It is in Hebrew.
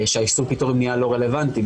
שהאיסור פיטורים נהיה לא רלוונטי.